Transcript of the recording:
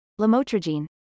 lamotrigine